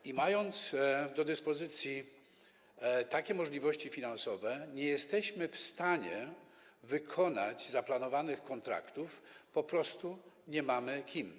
I mając do dyspozycji takie możliwości finansowe, nie jesteśmy w stanie wykonać zaplanowanych kontraktów, bo po prostu nie ma kto.